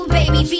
baby